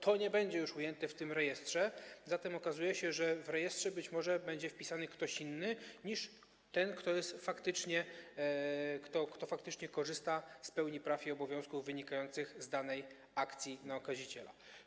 To nie będzie już ujęte w tym rejestrze, zatem okazuje się, że w rejestrze może będzie wpisany ktoś inny niż ten, kto faktycznie korzysta z pełni praw i obowiązków wynikających z danej akcji na okaziciela.